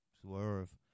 Swerve